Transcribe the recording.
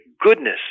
goodness